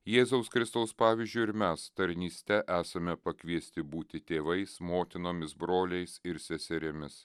jėzaus kristaus pavyzdžiu ir mes tarnyste esame pakviesti būti tėvais motinomis broliais ir seserimis